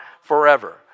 forever